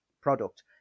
product